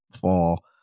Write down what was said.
fall